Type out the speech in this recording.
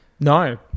No